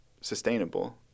sustainable